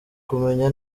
kumenya